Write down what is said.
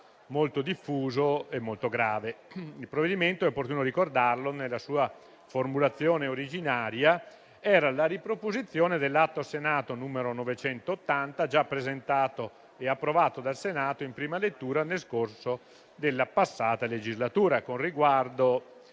Il provvedimento - è opportuno ricordarlo - nella sua formulazione originaria era la riproposizione dell'Atto Senato 980, già presentato e approvato dal Senato in prima lettura nel corso della passata legislatura.